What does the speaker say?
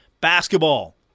Basketball